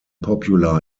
popular